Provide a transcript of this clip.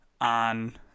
on